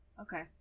Okay